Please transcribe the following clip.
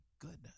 goodness